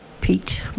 Pete